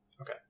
Okay